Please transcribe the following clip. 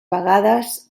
vegades